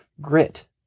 grit